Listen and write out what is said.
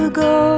go